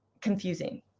confusing